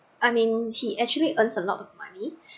I mean he actually earns a lot of money